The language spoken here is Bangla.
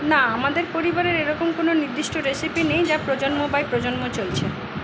না আমাদের পরিবারের এরকম কোনো নির্দিষ্ট রেসিপি নেই যা প্রজন্ম বাই প্রজন্ম চলছে